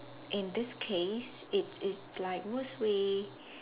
in this case it is like worst way